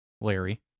Larry